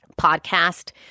podcast